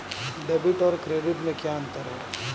Debit और credit में क्या अंतर है?